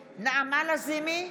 לזימי,